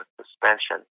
suspension